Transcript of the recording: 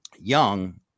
young